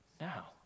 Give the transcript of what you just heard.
now